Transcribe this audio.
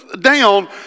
down